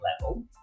level